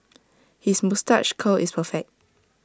his moustache curl is perfect